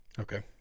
Okay